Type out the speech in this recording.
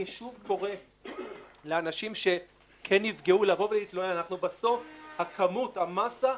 אני קיבלתי טלפון יום אחרי שקיבלתי קצבת שר"ן.